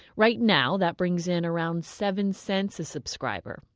right now, that brings in around seven cents a subscriber.